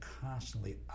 constantly